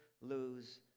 lose